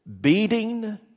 beating